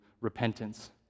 repentance